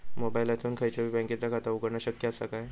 मोबाईलातसून खयच्याई बँकेचा खाता उघडणा शक्य असा काय?